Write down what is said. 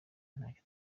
ntacyo